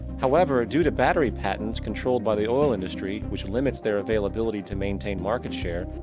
however, ah due to battery patents, controlled by the oil industry, which limits their and ability to maintain market share,